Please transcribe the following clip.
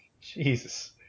Jesus